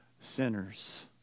sinners